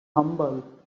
humble